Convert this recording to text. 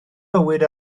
bywyd